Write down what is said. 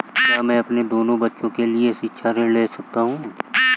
क्या मैं अपने दोनों बच्चों के लिए शिक्षा ऋण ले सकता हूँ?